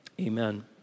Amen